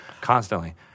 constantly